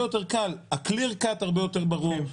יותר קל ה-clear cut הרבה יותר ברור,